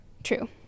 true